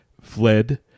fled